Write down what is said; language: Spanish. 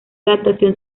adaptación